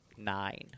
Nine